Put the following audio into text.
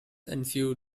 ensued